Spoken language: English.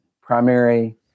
primary